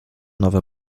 nowe